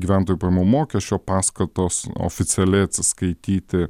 gyventojų pajamų mokesčio paskatos oficialiai atsiskaityti